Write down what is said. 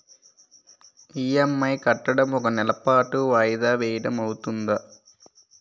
EMI కట్టడం ఒక నెల పాటు వాయిదా వేయటం అవ్తుందా?